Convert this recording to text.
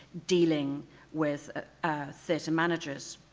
dealing with theater managers.